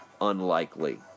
unlikely